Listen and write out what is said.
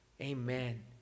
amen